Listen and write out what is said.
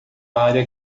área